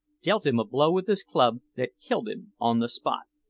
dealt him a blow with his club that killed him on the spot.